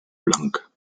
blank